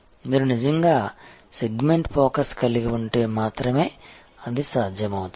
మీరు నిజంగా segment focus కలిగి ఉంటే మాత్రమే అది సాధ్యమవుతుంది